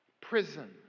prison